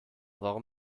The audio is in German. warum